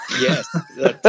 yes